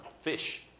fish